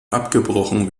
abgebrochen